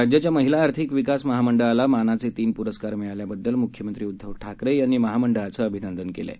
राज्याच्यामहिलाआर्थिकविकासमहामंडळालामानाचेतीनपुरस्कारमिळाल्याबद्दल मुख्यमंत्रीउद्धवठाकरेयांनीमहामंडळाचेअभिनंदनकेलेआहे